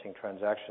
transactions